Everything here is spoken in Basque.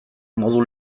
modu